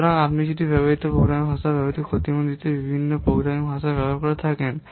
সুতরাং যদি আপনি ব্যবহৃত প্রোগ্রামিং ভাষার ব্যবহারের ক্ষতিপূরণ দিতে বিভিন্ন প্রোগ্রামিং ভাষা ব্যবহার করে থাকেন